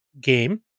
game